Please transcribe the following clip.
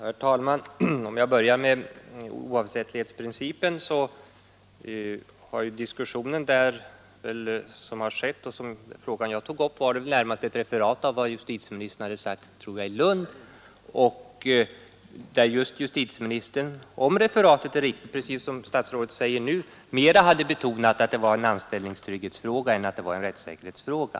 Herr talman! För att börja med oavsättlighetsprincipen vill jag säga att det som jag anförde var ett referat av vad justitieministern hade sagt i Lund. Justitieministern hade där, om referatet är riktigt, precis som nu, betonat att det mera var en anställningstrygghetsfråga än en rättstrygghetsfråga.